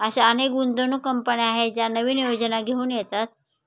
अशा अनेक गुंतवणूक कंपन्या आहेत ज्या नवीन योजना घेऊन येतात